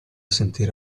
sentir